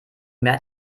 mehr